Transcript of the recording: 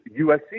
USC